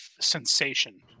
sensation